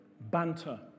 banter